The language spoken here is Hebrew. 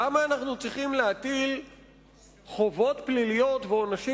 למה אנו צריכים להטיל חובות פליליות ועונשים